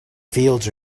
fields